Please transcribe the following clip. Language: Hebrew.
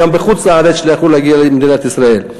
שגם בחוץ-לארץ לא יכלו להגיע למדינת ישראל.